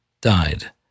died